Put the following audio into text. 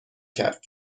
کرد